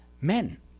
Men